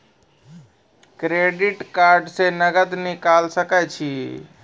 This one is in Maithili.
क्रेडिट कार्ड से नगद निकाल सके छी?